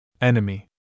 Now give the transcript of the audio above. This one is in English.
Enemy